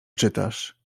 czytasz